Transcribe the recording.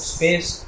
Space